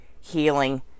healing